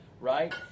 right